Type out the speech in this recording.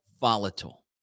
volatile